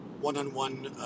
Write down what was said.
one-on-one